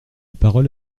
parole